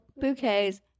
bouquets